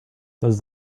does